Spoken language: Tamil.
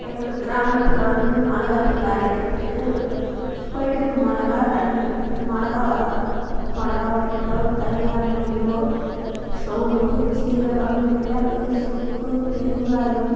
எங்கள் கிராமத்தில் வந்து மிளகாய்த்தூள் அரைக்கிறதுக்கு போயிட்டு மிளகாய் தனி மிளகாவ மிளகாய் ஒரு கிலோ தனியாக மூணு கிலோ சோம்பு ஜீரகம் மிளகு சுக்கு பெருங்காயம்